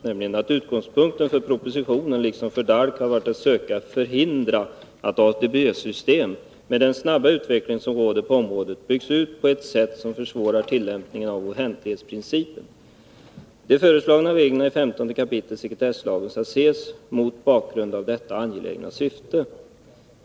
Citatet lyder: ”Utgångspunkten för propositionen liksom för DALK har varit att söka förhindra att ADB-systemen, med den snabba utveckling som råder på området, byggs ut på ett sätt som försvårar tillämpningen av offentlighetsprincipen. De föreslagna reglerna i 15 kap. sekretesslagen skall ses mot bakgrund av detta angelägna syfte.